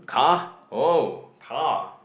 car oh car